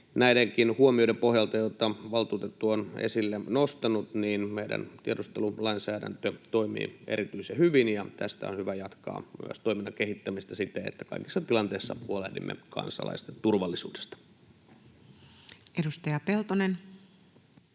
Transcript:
näidenkin huomioiden pohjalta, joita valtuutettu on esille nostanut, meidän tiedustelulainsäädäntö toimii erityisen hyvin, ja tästä on hyvä jatkaa myös toiminnan kehittämistä siten, että kaikissa tilanteissa huolehdimme kansalaisten turvallisuudesta. [Speech